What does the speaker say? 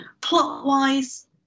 Plot-wise